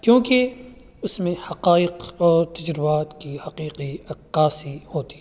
کیوںکہ اس میں حقائق اور تجربات کی حقیقی عکاسی ہوتی ہے